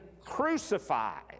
crucified